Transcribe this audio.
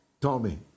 Tommy